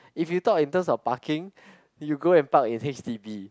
if you talk in terms of parking you go and park in h_d_b